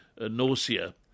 nausea